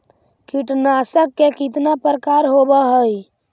कीटनाशक के कितना प्रकार होव हइ?